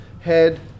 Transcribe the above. head